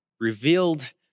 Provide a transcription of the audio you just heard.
Revealed